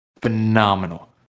phenomenal